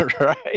Right